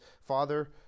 Father